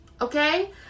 Okay